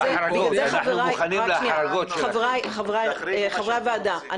--- חברי הוועדה,